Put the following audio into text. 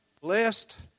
blessed